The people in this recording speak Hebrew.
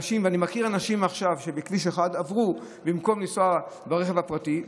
אני מכיר אנשים שעכשיו בכביש 1 לא כדאי להם לנסוע ברכב הפרטי,